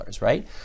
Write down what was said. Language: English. right